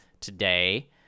today